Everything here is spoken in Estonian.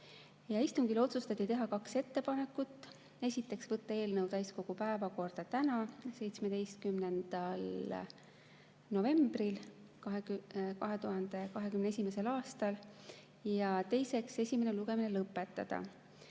selgitas. Istungil otsustati teha kaks ettepanekut. Esiteks, võtta eelnõu täiskogu päevakorda täna, 17. novembril 2021. aastal, ja teiseks, esimene lugemine lõpetada.